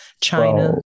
China